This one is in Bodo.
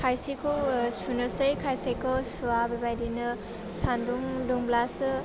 खायसेखौ ओह सुनोसै खायसेखौ सुवा बेबायदिनो सान्दुं दुंब्लासो